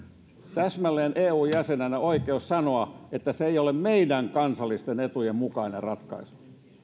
täsmälleen eun jäsenenä oikeus sanoa että se ei ole meidän kansallisten etujen mukainen ratkaisu